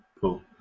Cool